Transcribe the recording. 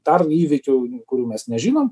dar įvykių kurių mes nežinom